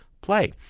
play